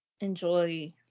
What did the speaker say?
enjoy